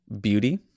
beauty